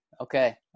Okay